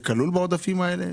זה כלול בעודפים האלה?